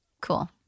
Cool